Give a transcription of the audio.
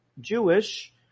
Jewish